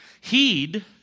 Heed